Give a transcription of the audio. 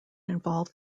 involved